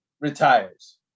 retires